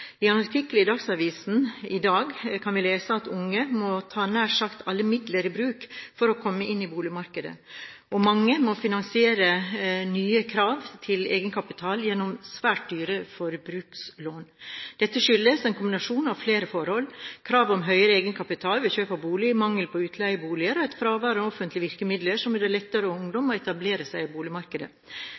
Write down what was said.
I en artikkel i Dagsavisen i dag kan vi lese at unge må ta nær sagt alle midler i bruk for å komme inn i boligmarkedet, og mange må finansiere nye krav til egenkapital gjennom svært dyre forbrukslån. Dette skyldes en kombinasjon av flere forhold: krav om høyere egenkapital ved kjøp av bolig, mangel på utleieboliger og et fravær av offentlige virkemidler som gjør det lettere for ungdom å etablere seg i boligmarkedet.